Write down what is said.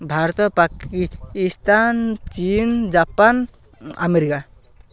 ଭାରତ ପାକିସ୍ତାନ ଚୀନ Japan America